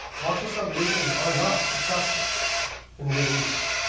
marxist revolutions are not successful in the middle east,